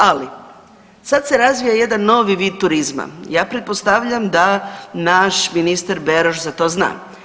Ali sada se razvija jedan novi vid turizma, ja pretpostavljam da naš ministar Beroš za to zna.